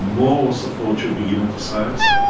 more support should be given to science.